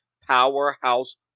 powerhouse